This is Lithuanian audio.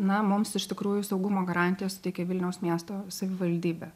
na mums iš tikrųjų saugumo garantiją suteikė vilniaus miesto savivaldybė